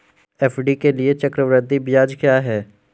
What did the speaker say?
FD के लिए चक्रवृद्धि ब्याज क्या है?